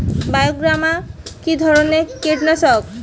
বায়োগ্রামা কিধরনের কীটনাশক?